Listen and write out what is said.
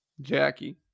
Jackie